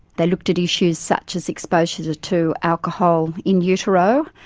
they looked at issues such as exposure to to alcohol in utero,